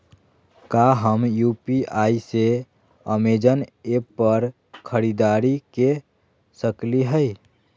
का हम यू.पी.आई से अमेजन ऐप पर खरीदारी के सकली हई?